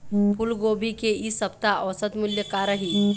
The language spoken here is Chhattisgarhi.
फूलगोभी के इ सप्ता औसत मूल्य का रही?